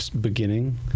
beginning